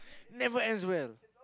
never ends well